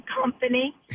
company